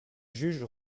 juge